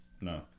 No